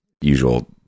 usual